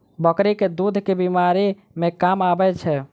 बकरी केँ दुध केँ बीमारी मे काम आबै छै?